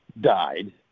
died